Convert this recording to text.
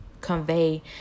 convey